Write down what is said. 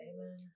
Amen